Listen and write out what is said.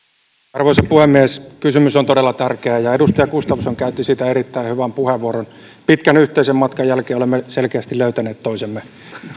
arvoisa puhemies kysymys on todella tärkeä ja edustaja gustafsson käytti siitä erittäin hyvän puheenvuoron pitkän yhteisen matkan jälkeen olemme selkeästi löytäneet toisemme